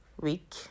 week